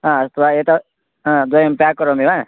हा प्रायः एतत् आं द्वयं प्याक् करोमि वा